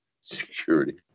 security